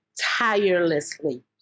tirelessly